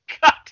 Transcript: God